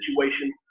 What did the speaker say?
situation